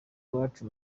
iwacu